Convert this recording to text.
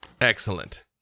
Excellent